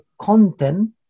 content